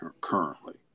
currently